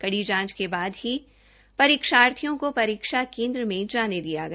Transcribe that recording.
कड़ी जांच के बाद ही परीक्षार्थियों को परीक्षा केन्द्र में जाने दिया गया